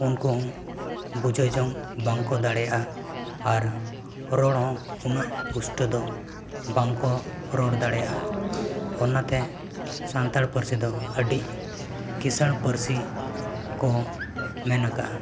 ᱩᱱᱠᱩ ᱦᱚᱸ ᱵᱩᱡᱷᱟᱹᱣ ᱡᱚᱝ ᱵᱟᱝᱠᱚ ᱫᱟᱲᱮᱭᱟᱜᱼᱟ ᱟᱨ ᱨᱚᱲ ᱦᱚᱸ ᱩᱱᱟᱹᱜ ᱯᱩᱥᱴᱟᱹᱣ ᱫᱚ ᱵᱟᱝ ᱠᱚ ᱨᱚᱲ ᱫᱟᱲᱮᱭᱟᱜᱼᱟ ᱚᱱᱟᱛᱮ ᱥᱟᱱᱛᱟᱲ ᱯᱟᱹᱨᱥᱤ ᱫᱚ ᱟᱹᱰᱤ ᱠᱤᱥᱟᱹᱬ ᱯᱟᱹᱨᱥᱤ ᱠᱚ ᱢᱮᱱ ᱟᱠᱟᱫᱼᱟ